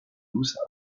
douce